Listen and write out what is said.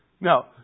Now